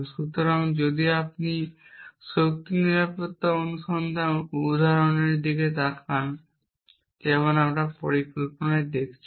সুতরাং যদি আপনি শক্তি নিরাপত্তা অনুসন্ধান উদাহরণের দিকে তাকান যেমন আমরা পরিকল্পনায় দেখছি